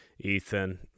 Ethan